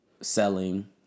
selling